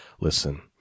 Listen